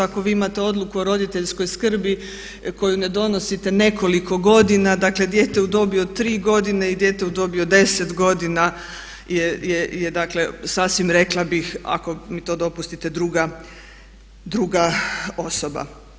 Ako vi imate odluku o roditeljskoj skrbi koju ne donosite nekoliko godina, dakle dijete u dobi od tri godine i dijete u dobi od 10 godina je dakle sasvim rekla bih ako mi to dopustite druga osoba.